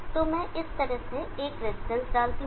तो मैं इस तरह से एक रजिस्टेंस डालता हूं